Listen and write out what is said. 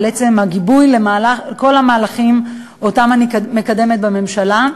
על עצם הגיבוי לכל המהלכים שאני מקדמת בממשלה.